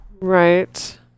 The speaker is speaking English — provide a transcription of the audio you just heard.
Right